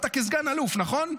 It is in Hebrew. אתה סגן אלוף, נכון?